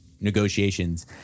negotiations